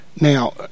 Now